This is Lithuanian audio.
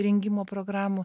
rengimo programų